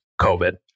COVID